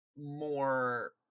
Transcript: more